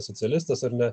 socialistas ar ne